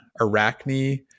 Arachne